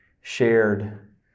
shared